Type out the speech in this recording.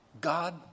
God